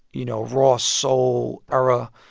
you know, raw soul era.